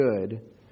good